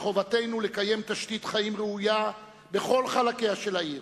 מחובתנו לקיים תשתית חיים ראויה בכל חלקיה של העיר,